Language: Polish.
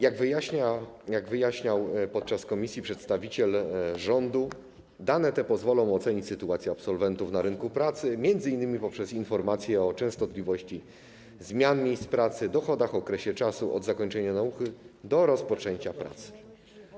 Jak wyjaśniał podczas posiedzenia komisji przedstawiciel rządu, dane te pozwolą ocenić sytuację absolwentów na rynku pracy, m.in. poprzez informację o częstotliwości zmian miejsc pracy, dochodach, okresie od zakończenia nauki do rozpoczęcia pracy.